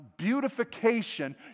beautification